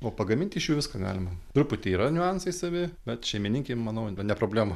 o pagaminti iš jų viską galima truputį yra niuansai savi bet šeimininkei manau ne problema